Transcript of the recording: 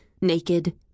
Naked